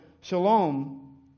shalom